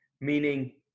Meaning